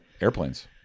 Airplanes